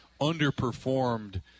underperformed